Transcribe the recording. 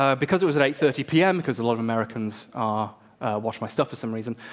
ah because it was at eight thirty pm, because a lot of americans ah watch my stuff for some reason,